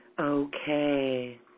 Okay